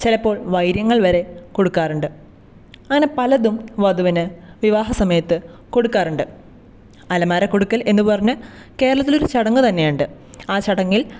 ചിലപ്പോൾ വൈരങ്ങൾ വരെ കൊടുക്കാറുണ്ട് അങ്ങനെ പലതും വധുവിന് വിവാഹ സമയത്ത് കൊടുക്കാറുണ്ട് അലമാര കൊടുക്കൽ എന്നു പറഞ്ഞ് കേരളത്തിലൊരു ചടങ്ങ് തന്നെ ഉണ്ട് ആ ചടങ്ങിൽ